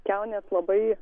kiaunės labai